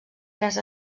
tres